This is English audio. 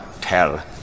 Tell